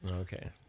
Okay